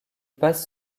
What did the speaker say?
passe